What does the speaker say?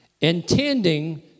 intending